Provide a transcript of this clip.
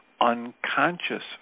unconscious